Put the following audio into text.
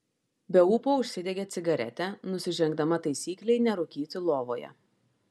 be ūpo užsidegė cigaretę nusižengdama taisyklei nerūkyti lovoje